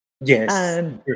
Yes